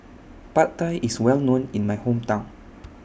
Pad Thai IS Well known in My Hometown